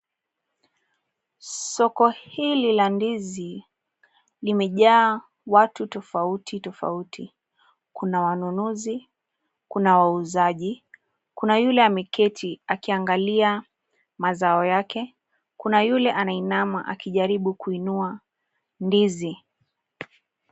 Soko hili la ndizi limejaa watu tofautitofauti. Kuna wanunuzi kuna wauzaji, kuna yule ameketi akiangalia mazao yake, kuna yule anainama akijaribu kuinua ndizi.